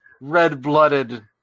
red-blooded